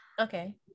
Okay